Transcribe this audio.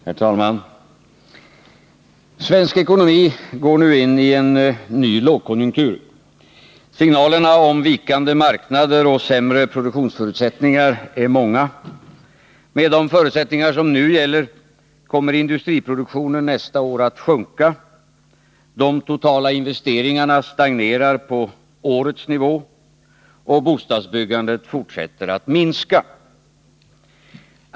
Herr talman! Svensk ekonomi går nu in i en ny lågkonjunktur. Signalerna om vikande marknader och sämre produktionsförutsättningar är många. Med de förutsättningar som nu gäller kommer industriproduktionen nästa år att sjunka. De totala investeringarna stagnerar på årets nivå. Bostadsbyggandet fortsätter att minska.